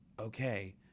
okay